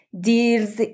deals